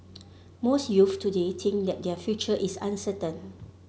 most youth today think that their future is uncertain